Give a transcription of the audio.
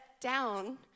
down